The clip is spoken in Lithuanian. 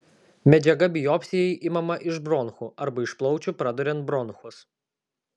medžiaga biopsijai imama iš bronchų arba iš plaučių praduriant bronchus